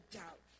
doubt